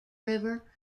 river